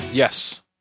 Yes